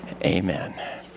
Amen